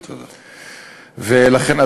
לכן,